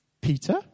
Peter